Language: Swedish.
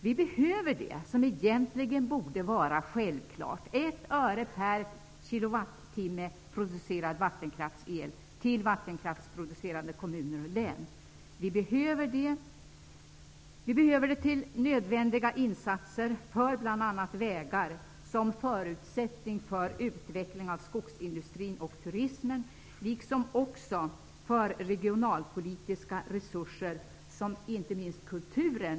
Vi behöver -- och det borde egentligen vara självklart -- 1 öre per producerad kilowattimme vattenkraftsel till vattenkraftsproducerande kommuner och län. Vi behöver detta till nödvändiga insatser för bl.a. vägar. Det är en förutsättning för utveckling av skogsindustrin och turismen liksom också för regionalpolitiska satsningar, inte minst på kulturen.